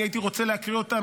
אני הייתי רוצה להקריא אותם,